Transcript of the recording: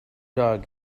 dog